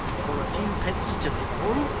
for a few pence to live on,